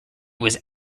was